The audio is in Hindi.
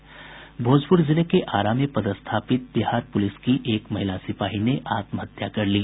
भोजपुर जिले के आरा में पदस्थापित बिहार पुलिस की एक महिला सिपाही ने आत्महत्या कर ली